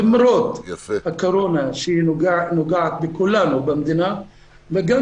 למרות הקורונה שנוגעת בכולנו במדינה וגם